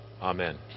Amen